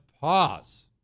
Pause